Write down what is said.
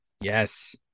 Yes